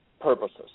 purposes